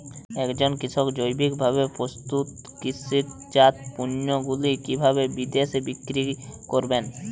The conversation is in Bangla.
একজন কৃষক জৈবিকভাবে প্রস্তুত কৃষিজাত পণ্যগুলি কিভাবে বিদেশে বিক্রি করবেন?